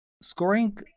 scoring